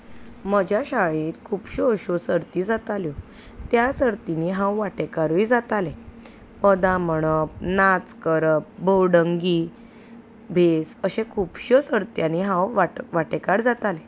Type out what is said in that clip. म्हज्या शाळेंत खुबश्यो अश्यो सर्ती जाताल्यो त्या सर्तीनी हांव वांटेकारूय जातालें पदां म्हणप नाच करप भोवढंगी भेस अश्यो खुबश्यो सर्त्यांनी हांव वांटेकार जातालें